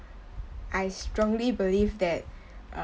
I strongly believe that a~